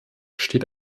steht